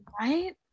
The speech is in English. Right